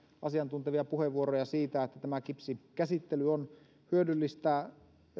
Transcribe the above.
asiantuntevia puheenvuoroja siitä että tämä kipsikäsittely on hyödyllistä